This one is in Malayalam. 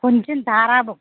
കൊഞ്ചും താറാവും